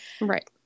right